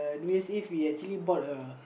New Year's Eve we actually bought a